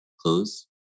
close